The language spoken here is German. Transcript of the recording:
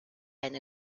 eine